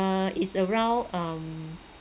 uh it's around um